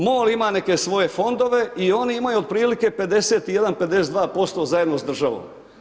MOL ima neke svoje fondove i oni imaju otprilike 51, 52% zajedno sa državom.